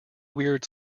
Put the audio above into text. weird